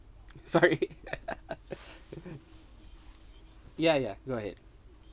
sorry yeah yeah go ahead